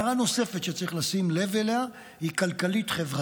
הערה נוספת שצריך לשים לב אליה היא כלכלית-חברתית.